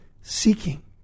seeking